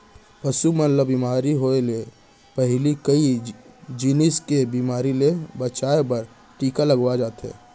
पसु मन ल बेमारी होय ले पहिली कई जिनिस के बेमारी ले बचाए बर टीका लगवाए जाथे